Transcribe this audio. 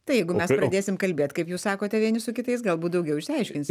tai jeigu mes pradėsim kalbėt kaip jūs sakote vieni su kitais galbūt daugiau išsiaiškinsim